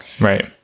Right